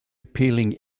appealing